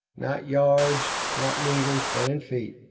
not yards. not meters. but in feet.